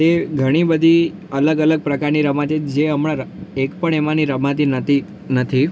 તે ઘણી બધી અલગ અલગ પ્રકારની રમાતી હતી જે હમણાં એક પણ એમાંની રમાતી નતી નથી